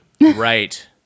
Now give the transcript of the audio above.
Right